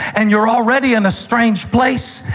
and you're already in a strange place,